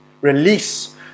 release